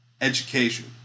education